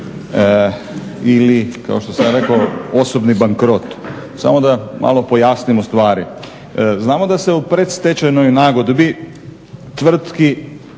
Hvala